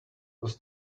was